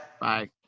Bye